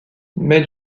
mais